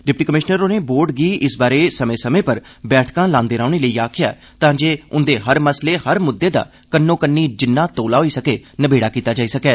deputy commissioner होरें board गी इस बारै समें समें पर बैठकां लांदे रौहने लेई आक्खेया तां जे उन्दे हर मसले हर मुद्दे दा कन्नो कन्नी जिन्ना तौले होई सकै नबेड़ा कीता जाई सकै